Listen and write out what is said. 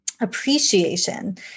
appreciation